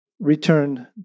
Return